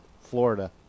Florida